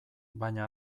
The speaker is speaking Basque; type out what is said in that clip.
baina